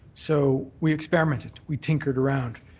so we experimented, we tinkered around.